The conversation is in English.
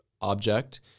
object